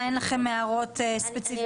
המעבדות צריכות גם רישיון.